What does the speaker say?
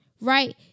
right